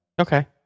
Okay